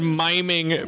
miming